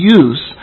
use